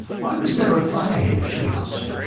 why was there a fire, here? she asked.